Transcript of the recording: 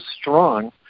strong